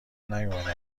نیومدم